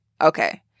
Okay